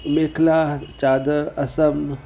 मेकला चादरु असम